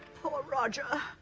poor roger.